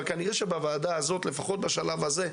כנראה שבוועדה הזו לפחות בשלב הזה,